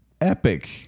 epic